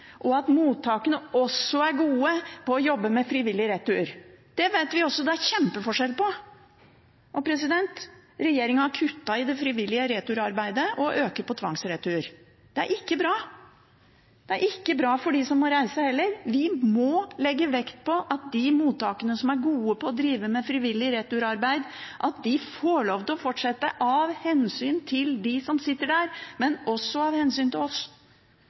og at mottakene også er gode til å jobbe med frivillig retur. Vi vet at det er kjempestor forskjell på det. Regjeringen har kuttet i arbeidet med frivillig retur og øker innsatsen for tvangsretur. Det er ikke bra – det er ikke bra for dem som må reise heller. Vi må legge vekt på at de mottakene som er gode til å drive med frivillig retur-arbeid, får lov til å fortsette, av hensyn til dem som sitter der, men også av hensyn til oss,